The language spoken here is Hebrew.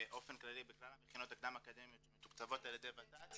באופן כללי בכלל המכינות הקדם אקדמיות שמתוקצבות על ידי ות"ת